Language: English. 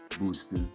booster